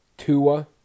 Tua